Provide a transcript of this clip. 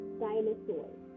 dinosaurs